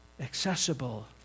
accessible